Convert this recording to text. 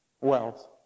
wealth